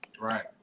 Right